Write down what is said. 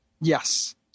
Yes